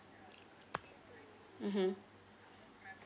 mmhmm